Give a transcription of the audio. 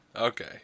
Okay